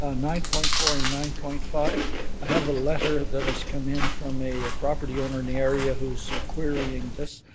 ah nine point four and nine point five, i have a letter that has come in from a a property owner in the area who is querying this.